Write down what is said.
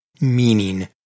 meaning